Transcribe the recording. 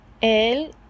El